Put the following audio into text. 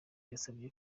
yasabye